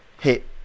hit